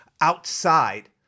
outside